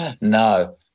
No